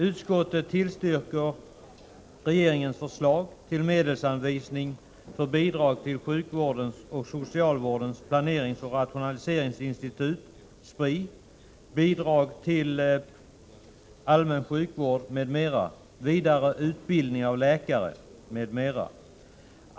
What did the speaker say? Utskottet tillstyrker regeringens förslag till medelsanvisning för Bidrag till Sjukvårdens och socialvårdens planeringsoch rationaliseringsinstitut , Bidrag till allmän sjukvård m.m., Vidareutbildning av läkare m.m.